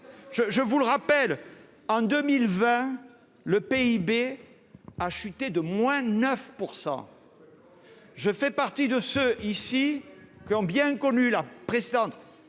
je vous le rappelle. En 2020, le PIB a chuté de moins 9 %. Je fais partie de ceux ici quand bien connu, la précédente